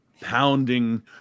pounding